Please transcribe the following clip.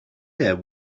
there